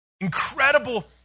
incredible